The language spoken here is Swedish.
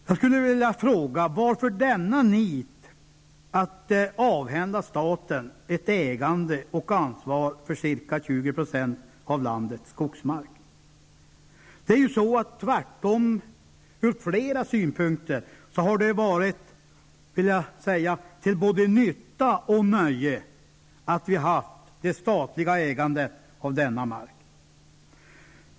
Jag skulle vilja fråga: Varför denna nit att avhända staten ett ägande och ansvar för ca 20 % av landets skogsmark? Det har ju tvärtom ur flera synpunkter varit till både nytta och nöje att vi haft det statliga ägandet av denna mark.